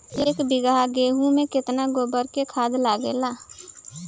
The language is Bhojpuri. एक बीगहा गेहूं में केतना गोबर के खाद लागेला?